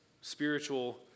spiritual